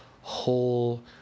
whole